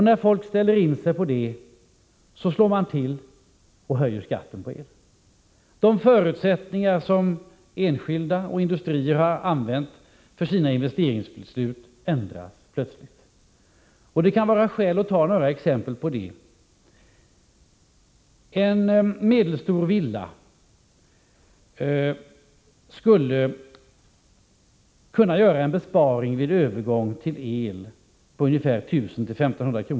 När folk ställer in sig på det, så slår man till och höjer skatten på el. De förutsättningar som enskilda och industrier har utgått från vid sina investeringsbeslut ändras plötsligt. Det kan finnas skäl att ta några exempel på det. En medelstor villa skulle vid övergång till el kunna göra en besparing på 1 000-1 500 kr.